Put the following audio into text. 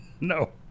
No